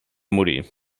morir